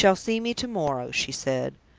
you shall see me to-morrow, she said.